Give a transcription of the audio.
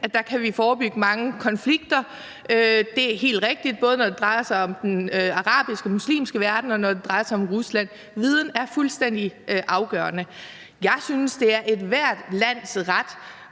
at der kan vi forebygge mange konflikter. Det er helt rigtigt, både når det drejer sig om den arabiske, muslimske verden, og når det drejer sig om Rusland. Viden er fuldstændig afgørende. Jeg synes, det er ethvert lands ret